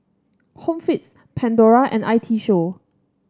Home Fix Pandora and I T Show